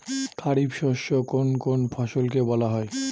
খারিফ শস্য কোন কোন ফসলকে বলা হয়?